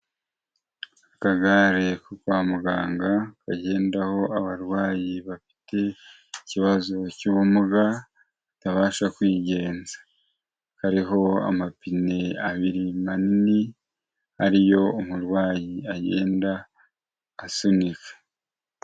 Akagare ko kwa muganga kagendaho abarwayi bafite ikibazo cy'ubumuga batabasha kwigenza, kariho amapine abiri manini ari yo umurwayi agenda asunika.